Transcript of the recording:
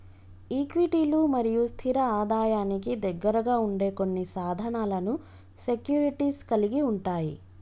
ఈక్విటీలు మరియు స్థిర ఆదాయానికి దగ్గరగా ఉండే కొన్ని సాధనాలను సెక్యూరిటీస్ కలిగి ఉంటయ్